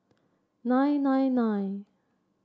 nine nine nine